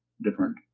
different